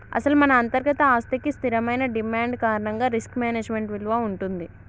అసలు మన అంతర్గత ఆస్తికి స్థిరమైన డిమాండ్ కారణంగా రిస్క్ మేనేజ్మెంట్ విలువ ఉంటుంది